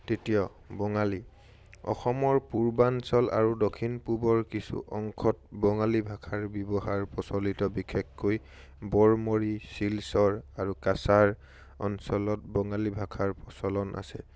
তৃতীয় বঙালী অসমৰ পূৰ্বাঞ্চল আৰু দক্ষিণপূ্বৰ কিছু অংশত বঙালী ভাষাৰ ব্যৱহাৰ প্ৰচলিত বিশেষকৈ বৰমৰী শিলচৰ আৰু কাছাৰ অঞ্চলত বঙালী ভাষাৰ প্ৰচলন আছে